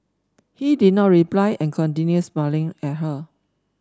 he did not reply and continued smiling at her